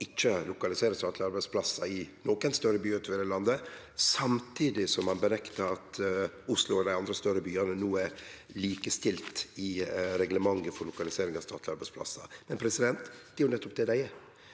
ikkje lokalisere statlege arbeidsplassar i nokon av dei større byane utover i landet, samtidig som han bereknar at Oslo og dei andre større byane no er likestilte i reglementet for lokalisering av statlege arbeidsplassar. Det er jo nettopp det dei er.